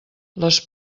les